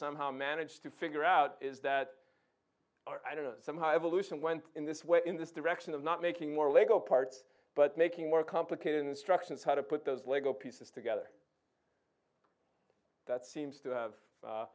somehow managed to figure out is that somehow evolution went in this way in this direction of not making more lego parts but making more complicated instructions how to put those lego pieces together that seems to have